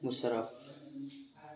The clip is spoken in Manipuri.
ꯃꯨꯁꯔꯞ